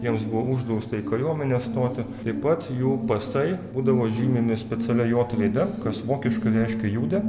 jiems buvo uždrausta į kariuomenę stoti taip pat jų pasai būdavo žymimi specialia jot raide kas vokiškai reiškia jude